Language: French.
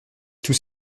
tous